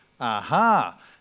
Aha